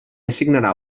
assignarà